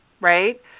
right